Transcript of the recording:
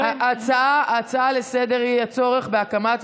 ההצעה לסדר-היום היא: הצעה לסדר-היום,